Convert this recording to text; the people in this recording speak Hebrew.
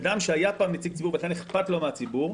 אדם שהיה נציג ציבור ולכן אכפת לו מהציבור,